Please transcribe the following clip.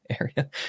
area